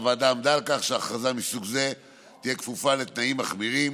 הוועדה עמדה על כך שהכרזה מסוג זה תהיה כפופה לתנאים מחמירים,